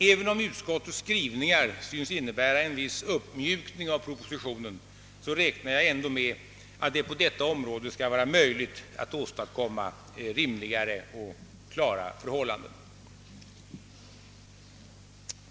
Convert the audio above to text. även om utskottets skrivning synes innebära en viss uppmjukning av propositionen räknar jag med att det på detta område skall vara möjligt att åstadkomma rimliga och klara förhållanden.